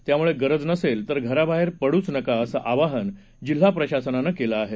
त्यामुळे गरज नसेल तर घराबाहेर पड्रच नका असं आवाहन जिल्हा प्रशासनानं केलं आहे